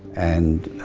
and